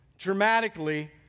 dramatically